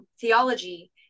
theology